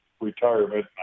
retirement